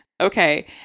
Okay